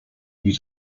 wie